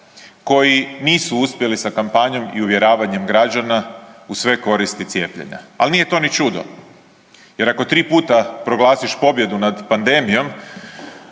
koji nisu uspjeli sa kampanjom i uvjeravanjem građana u sve koristi cijepljenja, al nije to ni čudo jer ako 3 puta proglasiš pobjedu nad pandemijom